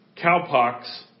cowpox